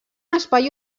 espai